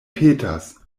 petas